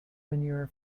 manure